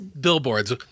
billboards